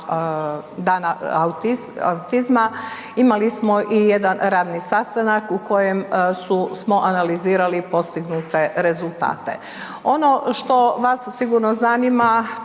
dana autizma, imali smo i jedan radni sastanak u kojem smo analizirali postignute rezultate. Ono što vas sigurno zanima,